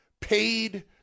paid